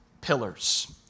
pillars